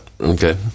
Okay